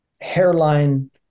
hairline